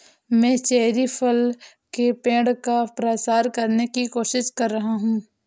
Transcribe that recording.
मैं चेरी फल के पेड़ का प्रसार करने की कोशिश कर रहा हूं